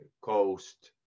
Coast